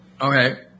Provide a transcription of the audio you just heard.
Okay